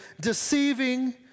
deceiving